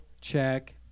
check